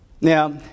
Now